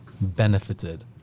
benefited